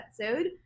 episode